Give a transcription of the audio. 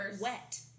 wet